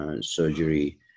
surgery